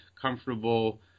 comfortable